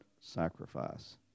sacrifice